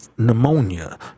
pneumonia